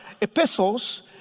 epistles